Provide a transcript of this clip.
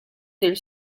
del